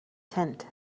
tent